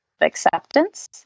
acceptance